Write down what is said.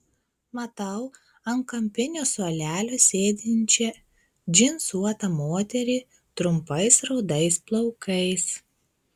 matau ant kampinio suolelio sėdinčią džinsuotą moterį trumpais rudais plaukais